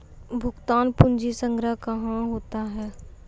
भुगतान पंजी संग्रह कहां होता हैं?